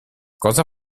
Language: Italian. cosa